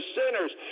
sinners